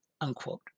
unquote